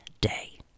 day